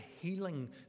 healing